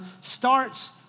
starts